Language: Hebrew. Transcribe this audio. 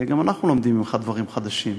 גם אנחנו לומדים ממך דברים חדשים,